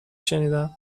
شنیدم